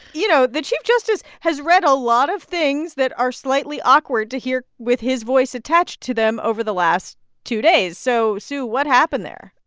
you know, the chief justice has read a lot of things that are slightly awkward to hear with his voice attached to them over the last two days. so, sue, what happened there?